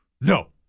no